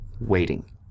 waiting